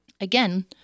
again